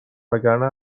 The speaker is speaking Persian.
وگرنه